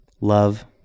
love